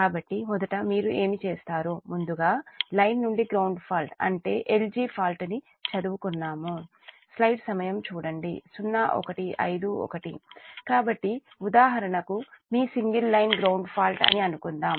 కాబట్టి మొదట మీరు ఏమి చేస్తారు ముందుగా లైన్ నుండి గ్రౌండ్ ఫాల్ట్ అంటే L G ఫాల్ట్ ని చదువుకున్నాము ఉదాహరణకు మీ సింగిల్ లైన్ గ్రౌండ్ ఫాల్ట్ అని అనుకుందాం